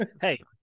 Hey